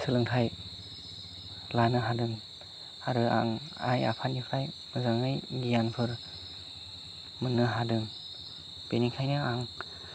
सोलोंथाइ लानो हादों आरो आं आइ आफानिफ्राइ मोजाङै गियानफोर मोननो हादों बेनिखायनो आं